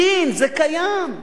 בדין, זה קיים.